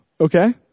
Okay